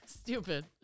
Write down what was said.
Stupid